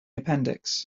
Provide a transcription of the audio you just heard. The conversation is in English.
appendix